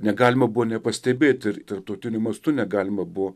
negalima buvo nepastebėt ir tarptautiniu mastu negalima buvo